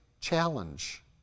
challenge